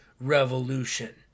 Revolution